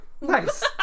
Nice